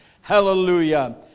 Hallelujah